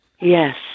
Yes